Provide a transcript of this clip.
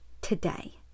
today